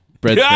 bread